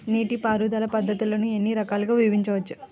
నీటిపారుదల పద్ధతులను ఎన్ని రకాలుగా విభజించవచ్చు?